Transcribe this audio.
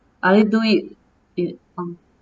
I do it